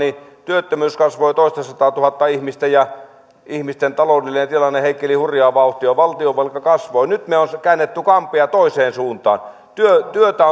työttömyys kasvoi toistasataatuhatta ihmistä ja ihmisten taloudellinen tilanne heikkeni hurjaa vauhtia ja valtionvelka kasvoi nyt on käännetty kampea toiseen suuntaan työtä työtä